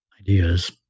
ideas